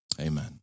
Amen